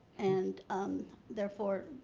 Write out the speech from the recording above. and um therefore,